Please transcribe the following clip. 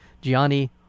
Gianni